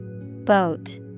Boat